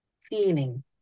feeling